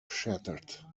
shattered